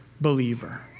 believer